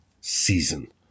season